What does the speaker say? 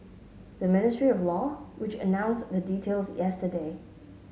the Ministry of Law which announced the details yesterday